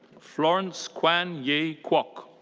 florence kwan yee kwok.